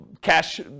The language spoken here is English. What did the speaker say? cash